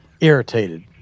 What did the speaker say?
irritated